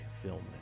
film